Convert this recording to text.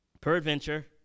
Peradventure